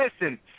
listen